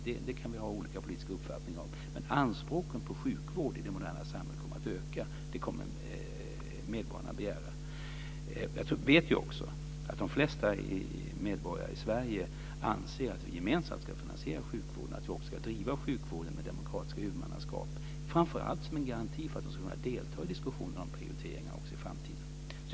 Det kan vi ha olika politiska uppfattningar om. Men anspråken på sjukvården i det moderna samhället kommer att öka. Det kommer medborgarna att begära. Vi vet också att de flesta medborgare i Sverige anser att vi gemensamt ska finansiera sjukvården och att vi ska driva sjukvården med demokratiskt huvudmannaskap, framför allt som en garanti för att man ska kunna delta i diskussionen om prioriteringar också i framtiden.